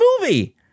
movie